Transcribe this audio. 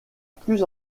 plus